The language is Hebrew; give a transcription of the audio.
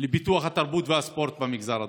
לפיתוח התרבות והספורט במגזר הדרוזי.